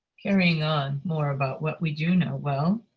carrying on more about what we do know well.